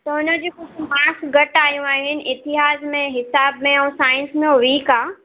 त हुन जूं कुझु माक्स घटि आयूं आहिनि इतिहास में हिसाब में ऐं साइंस में उहो वीक आहे